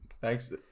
Thanks